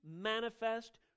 manifest